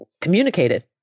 communicated